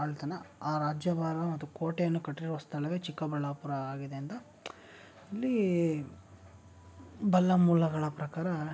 ಆಳ್ತಾನೆ ಆ ರಾಜ್ಯಭಾರ ಮತ್ತು ಕೋಟೆಯನ್ನು ಕಟ್ಟಿರುವ ಸ್ಥಳವೇ ಚಿಕ್ಕಬಳ್ಳಾಪುರ ಆಗಿದೆ ಅಂತ ಇಲ್ಲಿ ಬಲ್ಲ ಮೂಲಗಳ ಪ್ರಕಾರ